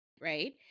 right